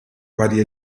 varie